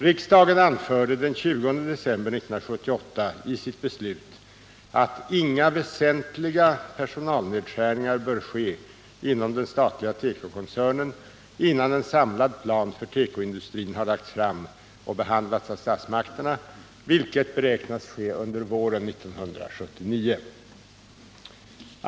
Riksdagen anförde den 20 december 1978 i sitt beslut att inga väsentliga personalnedskärningar bör ske inom den statliga tekokoncernen innan en samlad plan för tekoindustrin har lagts fram och behandlats av statsmakterna, vilket beräknas ske under våren 1979 .